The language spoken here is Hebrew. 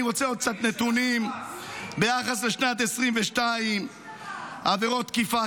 אני רוצה עוד קצת נתונים ביחס לשנת 2022. עבירות תקיפה,